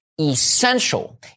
essential